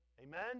Amen